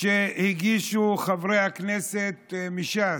שהגישו חברי הכנסת מש"ס,